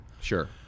Sure